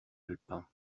alpins